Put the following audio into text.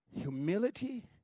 Humility